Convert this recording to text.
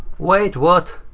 wait, what?